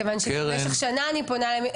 מכיוון שבמשך שנה אני פונה אליהם,